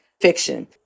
fiction